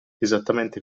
esattamente